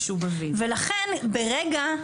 לכן ברגע,